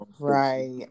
right